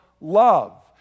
love